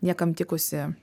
niekam tikusi